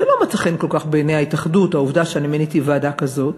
כשלא מצאה חן כל כך בעיני ההתאחדות העובדה שאני מיניתי ועדה כזו,